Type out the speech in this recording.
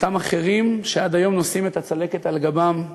ואותם אחרים שעד היום נושאים את הצלקת על גבם,